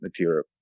material